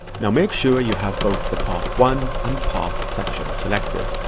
now make sure you have both the path one and path section selected.